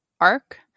Arc